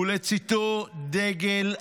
ולצידו דגל אדום,